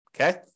Okay